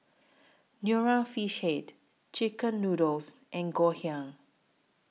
Nonya Fish Head Chicken Noodles and Ngoh Hiang